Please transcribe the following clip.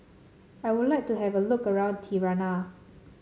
I would like to have a look around Tirana